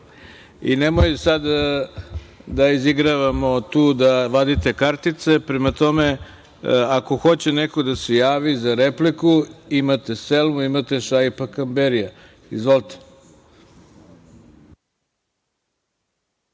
vi. Nemojte sada da izigravamo tu, da vadite kartice. Prema tome, ako hoće neko da se javi za repliku imate Selmu, imate Šaipa Kamberia. Izvolite.